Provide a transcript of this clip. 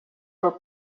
for